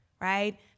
right